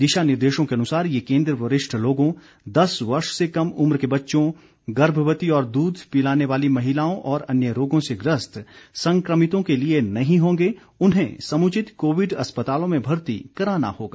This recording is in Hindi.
दिशा निर्देशों के अनुसार ये केन्द्र वरिष्ठ लोगों दस वर्ष से कम उम्र के बच्चों गर्भवती और दूध पिलाने वाली महिलाओं और अन्य रोगों से ग्रस्त संक्रमितों के लिए नहीं होंगे उन्हें समुचित कोविड अस्पतालों में भर्ती कराना होगा